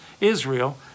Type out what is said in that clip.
Israel